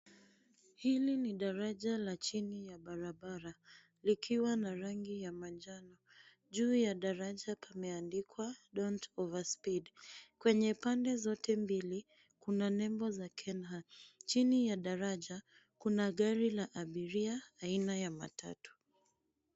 Hili ni daraja la chini ya barabara likiwa na rangi ya manjano. Juu ya daraja pameandikwa don't over speed . Kwenye pande zote mbili kuna nembo za KENHA. Chini ya daraja kuna gari la abiria aina ya matatu.